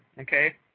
okay